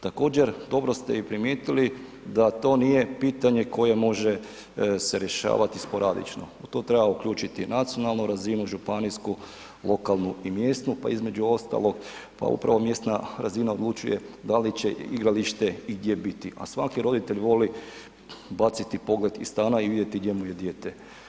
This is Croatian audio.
Također dobro ste i primijetili da to nije pitanje koje može se rješavati sporadično, u to treba uključiti nacionalnu razinu, županijsku, lokalnu i mjesnu, pa između ostalog pa upravo mjesna razina odlučuje da li će igralište i gdje biti, a svaki roditelj voli baciti pogled iz stana i vidjeti gdje mu je dijete.